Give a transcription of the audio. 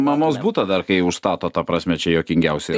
mamos butą dar kai užstato ta prasme čia juokingiausia